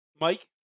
Mike